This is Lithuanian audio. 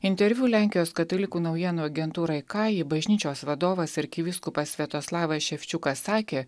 interviu lenkijos katalikų naujienų agentūrai kaji bažnyčios vadovas arkivyskupas sviatoslavas ševčiukas sakė